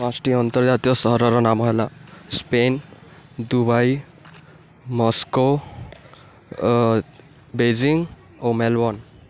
ପାଞ୍ଚଟି ଅନ୍ତର୍ଜାତୀୟ ସହରର ନାମ ହେଲା ସ୍ପେନ ଦୁବାଇ ମସ୍କୋ ବେଜିଂ ଓ ମେଲବର୍ଣ୍ଣ